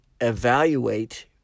evaluate